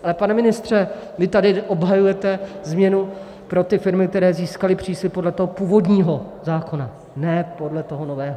Ale, pane ministře, vy tady obhajujete změnu pro ty firmy, které získaly příslib podle toho původního zákona, ne podle toho nového.